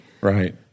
Right